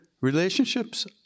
relationships